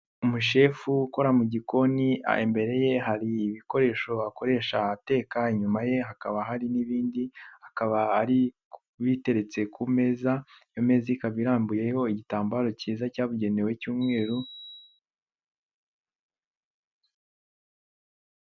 Umushefu ukora mu gikoni imbere ye hari ibikoresho akoresha ateka, inyuma ye hakaba hari n'ibindi, hakaba hari ibiteretse ku meza, iyo meza ikaba irambuyeho igitambaro cyiza cyabugenewe cy'umweru.